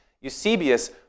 Eusebius